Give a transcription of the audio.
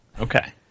Okay